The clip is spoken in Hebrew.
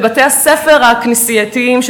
ובתי-הספר הכנסייתיים,